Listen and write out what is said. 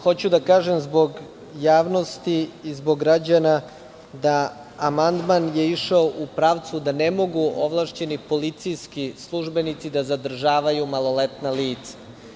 Hoću zbog javnosti i zbog građana da kažem da je amandman išao u pravcu da ne mogu ovlašćeni policijski službenici da zadržavaju maloletna lica.